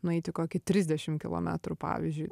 nueiti kokį trisdešim kilometrų pavyzdžiui